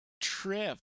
trip